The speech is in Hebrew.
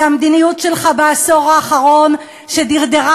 זו המדיניות שלך בעשור האחרון שדרדרה